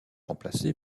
remplacé